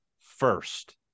first